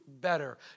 better